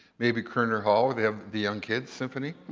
maybe koerner hall where they have the young kids symphony,